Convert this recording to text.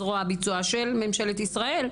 זרוע הביצוע של ממשלת ישראל,